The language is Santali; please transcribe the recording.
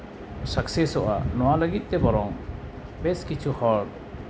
ᱥᱟᱠᱥᱮᱥᱚᱜᱼᱟ ᱱᱚᱣᱟ ᱞᱟᱹᱜᱤᱫ ᱛᱮ ᱵᱚᱨᱚᱝ ᱵᱮᱥ ᱠᱤᱪᱷᱩ ᱦᱚᱲ